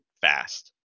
fast